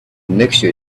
mixture